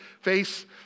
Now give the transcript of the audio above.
face